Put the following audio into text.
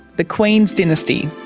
the queen's dynasty.